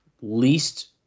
least